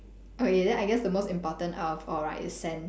okay then I guess the most important out of all right is sense